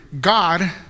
God